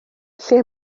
lle